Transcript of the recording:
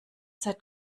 seit